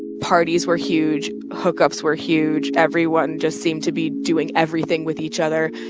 parties were huge, hookups were huge. everyone just seemed to be doing everything with each other.